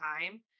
time